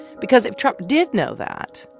because if trump did know that,